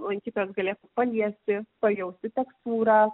lankytojas galėtų paliesti pajausti tekstūrą